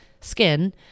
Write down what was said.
skin